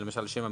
למשל: שם המצרך,